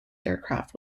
aircraft